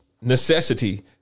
necessity